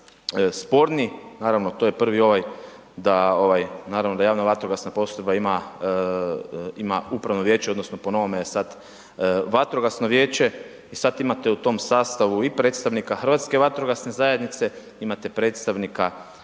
sporni. Naravno to je prvi ovaj da, naravno da javna vatrogasna postrojba ima upravno vijeće odnosno po novome sad vatrogasno vijeće i sad imate u tom sastavu i predstavnika Hrvatske vatrogasne zajednice, imate predstavnika županijske